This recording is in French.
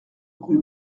rue